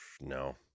no